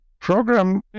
program